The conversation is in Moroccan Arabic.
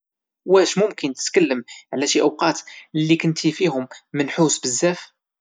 واش ممكن تتكلم على شي اوقات اللي كنتي فيهم منحوس بزاف؟